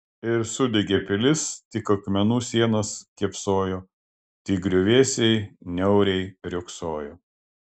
ir sudegė pilis tik akmenų sienos kėpsojo tik griuvėsiai niauriai riogsojo